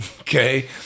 okay